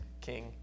King